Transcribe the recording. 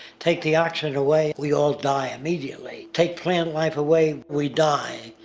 take the oxygen away, we all die immediately. take plant life away, we die.